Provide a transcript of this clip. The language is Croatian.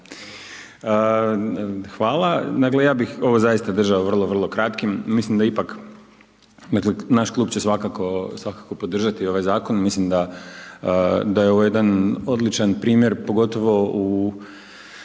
Dakle, ja bih ovo zaista držao vrlo, vrlo kratkim, mislim da ipak, dakle naš Klub će svakako, svakako podržati ovaj zakon, mislim da je ovo jedan odličan primjer pogotovo u